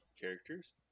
characters